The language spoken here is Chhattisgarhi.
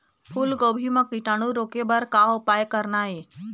फूलगोभी म कीटाणु रोके बर का उपाय करना ये?